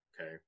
okay